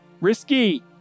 Risky